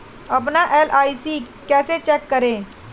अपना एल.आई.सी कैसे चेक करें?